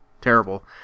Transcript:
terrible